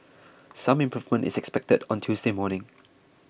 some improvement is expected on Tuesday morning